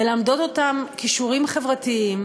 מלמדות אותם כישורים חברתיים,